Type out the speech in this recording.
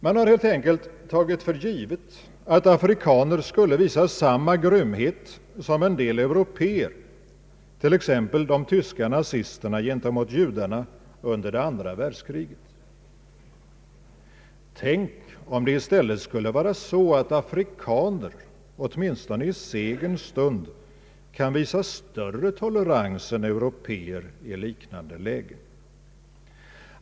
Man har helt enkelt tagit för givet att afrikaner skulle visa samma grymhet som en del européer, t.ex. de tyska nazisterna gentemot judarna under andra världskriget. Tänk om det i stället skulle vara så att afrikaner, åtminstone i segerns stund, kan visa större tolerans än européer i liknande lägen!